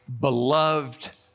beloved